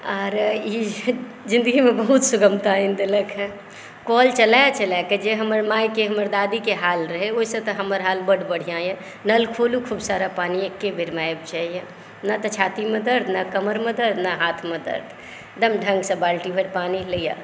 आर ई जिन्दगीमे बहुत सुगमता आनि देलक हँ कल चलाए चलाए कऽ जे हमर माएके हमर दादीके हाल रहै ओहिसँ तऽ हमर हाल बड्ड बढ़िऑं यऽ नल खोलू खूब सारा पानी एकेबेरमे आबि जाय यऽ ने तऽ छातीमे दर्द ने कमरमे दर्द ने हाथमे दर्द एकदम ढंगसँ बाल्टी भरि पानि लिअ